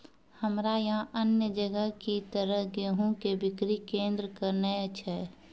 हमरा यहाँ अन्य जगह की तरह गेहूँ के बिक्री केन्द्रऽक नैय छैय?